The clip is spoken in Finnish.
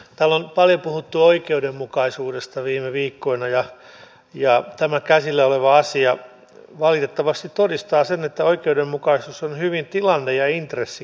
täällä on paljon puhuttu oikeudenmukaisuudesta viime viikkoina ja tämä käsillä oleva asia valitettavasti todistaa sen että oikeudenmukaisuus on hyvin tilanne ja intressikeskeinen käsite